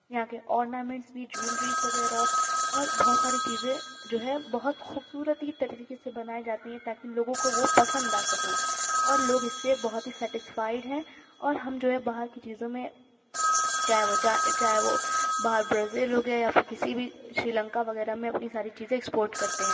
یہاں کے اورنامینٹس بھی بھی جویلریز وغیرہ اور بہت ساری چیزیں جو ہے بہت خوبصورتی طریقے سے بنائی جاتی ہیں تاکہ لوگوں کو وہ پسند آ سکیں اور لوگ اس سے بہت ہی سیٹیسفائیڈ ہیں اور ہم جو ہیں باہر کی چیزوں میں چاہے وہ چاہے وہ باہر برازیل ہو گیا یا پھر کسی بھی شری لنکا وغیرہ میں اپنی ساری چیزیں ایکسپورٹ کرتے ہیں